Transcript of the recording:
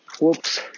Whoops